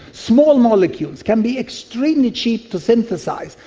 small molecules can be extremely cheap to synthesise,